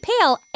pale